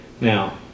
Now